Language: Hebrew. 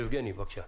יבגני סובה, בבקשה.